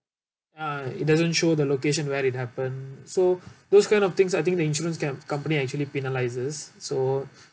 uh it doesn't show the location where it happened so those kind of things I think the insurance ca~ company actually penalises so